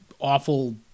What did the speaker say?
awful